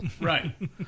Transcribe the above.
Right